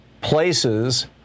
places